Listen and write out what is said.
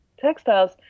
textiles